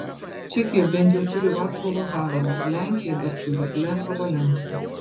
čekija bent jau turi vaclovą havelą lenkija dar turi lechą valensą